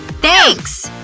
thanks.